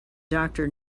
doctor